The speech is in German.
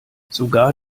sogar